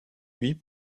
huit